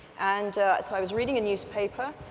and so i was reading a newspaper,